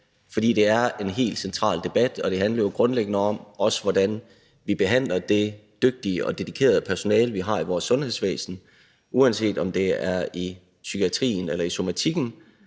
For det er en helt central debat, og det handler jo grundlæggende om, hvordan vi behandler det dygtige og dedikerede personale, vi har i vores sundhedsvæsen, uanset om det er i psykiatrien eller i somatikken.